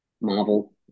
Marvel